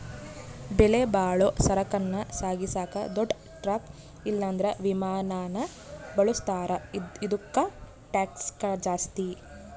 ಬೆಲೆಬಾಳೋ ಸರಕನ್ನ ಸಾಗಿಸಾಕ ದೊಡ್ ಟ್ರಕ್ ಇಲ್ಲಂದ್ರ ವಿಮಾನಾನ ಬಳುಸ್ತಾರ, ಇದುಕ್ಕ ಟ್ಯಾಕ್ಷ್ ಜಾಸ್ತಿ